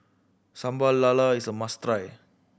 Sambal Lala is a must try